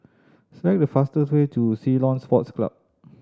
select the fastest way to Ceylon Sports Club